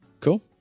Cool